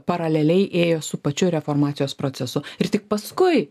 paraleliai ėjo su pačiu reformacijos procesu ir tik paskui